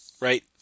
right